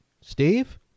steve